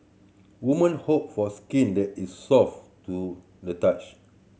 women hope for skin that is soft to the touch